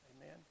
Amen